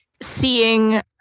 seeing